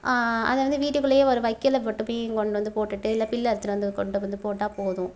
அதை வந்து வீட்டுக்குள்ளையே ஒரு வைக்கல போட்டு பே கொண்டு வந்து போட்டுவிட்டு இல்லை பில்லு அறுத்துகிட்டு வந்து கொண்டு வந்து போட்டால் போதும்